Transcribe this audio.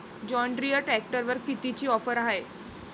John Deere ट्रॅक्टरवर कितीची offer हाये?